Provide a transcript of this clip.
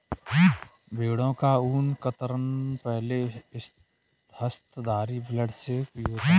भेड़ों का ऊन कतरन पहले हस्तधारी ब्लेड से भी होता है